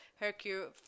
Hercule